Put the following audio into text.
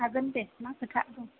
हागोन दे मा खोथा दं